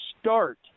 start